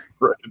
Right